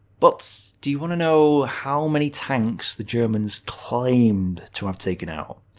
but do you want to know how many tanks the germans claimed to have taken out.